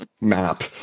map